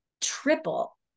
triple